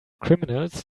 criminals